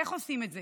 איך עושים את זה.